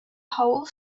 whole